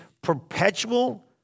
Perpetual